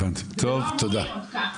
זה לא אמור להיות כך,